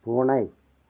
பூனை